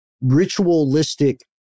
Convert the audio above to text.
ritualistic